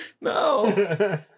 no